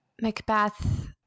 Macbeth